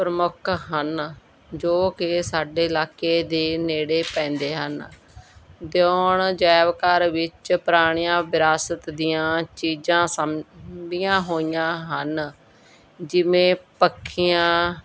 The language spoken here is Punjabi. ਪ੍ਰਮੁੱਖ ਹਨ ਜੋ ਕਿ ਸਾਡੇ ਇਲਾਕੇ ਦੇ ਨੇੜੇ ਪੈਂਦੇ ਹਨ ਦਿਓਣ ਅਜਾਇਬ ਘਰ ਵਿੱਚ ਪੁਰਾਣੀਆਂ ਵਿਰਾਸਤ ਦੀਆਂ ਚੀਜ਼ਾਂ ਸਾਂਭੀਆਂ ਹੋਈਆਂ ਹਨ ਜਿਵੇਂ ਪੱਖੀਆਂ